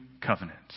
covenant